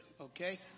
Okay